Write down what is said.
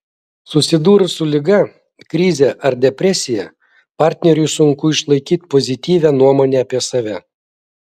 susidūrus su liga krize ar depresija partneriui sunku išlaikyti pozityvią nuomonę apie save